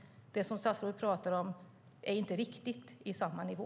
Det som statsrådet talar om är inte riktigt i samma nivå.